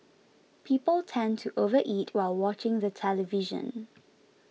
people tend to overeat while watching the television